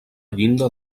llinda